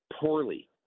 poorly